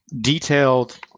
detailed